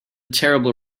terrible